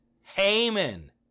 Haman